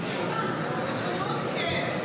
1 לחלופין כו